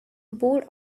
board